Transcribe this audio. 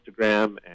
Instagram